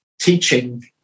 teaching